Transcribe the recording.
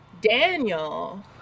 daniel